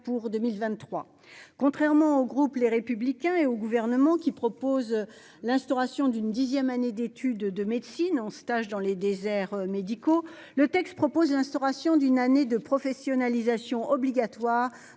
pour 2023. Contrairement au groupe les républicains et au gouvernement qui propose l'instauration d'une dixième année d'études de médecine en stage dans les déserts médicaux. Le texte propose l'instauration d'une année de professionnalisation obligatoire